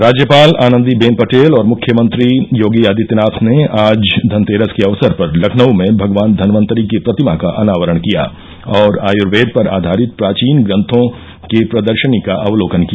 राज्यपाल आनंदीबेन पटेल और मुख्यमंत्री योगी आदित्यनाथ ने आज धनतेरस के अवसर पर लखनऊ में भगवान धन्वंतरि की प्रतिमा का अनावरण किया और आर्यवेद पर आधारित प्राचीन ग्रंथों की प्रदर्शनी का अवलोकन किया